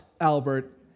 Albert